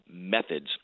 methods